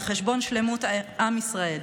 על חשבון שלמות עם ישראל.